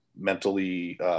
mentally